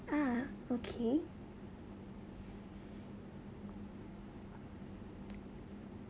ah okay